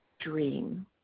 dream